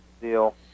deal